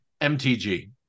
MTG